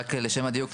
רק לשם הדיוק,